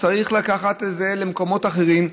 צריך לקחת את זה למקומות אחרים.